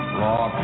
raw